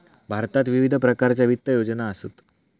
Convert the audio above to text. भारतात विविध प्रकारच्या वित्त योजना असत